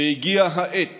והגיעה העת